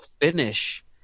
finish